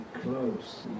close